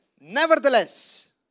Nevertheless